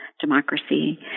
democracy